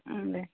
दे